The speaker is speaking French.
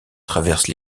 traverse